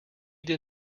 did